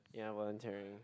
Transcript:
ya volunteering